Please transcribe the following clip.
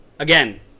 Again